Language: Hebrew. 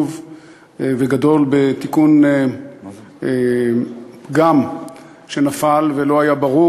וגדול בתיקון פגם שנפל ולא היה ברור,